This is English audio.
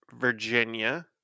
Virginia